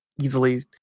easily